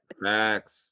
Max